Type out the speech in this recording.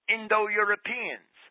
Indo-Europeans